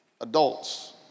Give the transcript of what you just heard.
adults